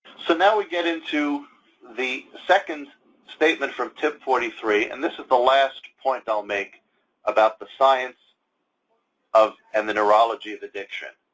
so now we get into the second statement from tip forty three, and this is the last point i'll make about the science and the neurology of addiction.